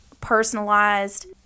personalized